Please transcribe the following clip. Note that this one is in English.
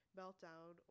meltdown